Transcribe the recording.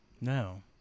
No